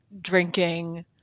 drinking